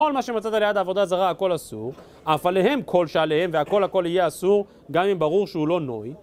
כל מה שמצאת ליד ה'עבודה זרה' הכל אסור אף עליהם כל שעליהם והכל הכל יהיה אסור גם אם ברור שהוא לא נוי